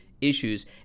Issues